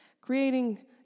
creating